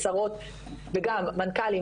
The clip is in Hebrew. שרות וגם מנכ"לים,